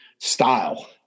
style